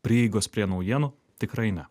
prieigos prie naujienų tikrai ne